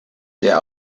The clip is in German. der